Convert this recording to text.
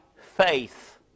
faith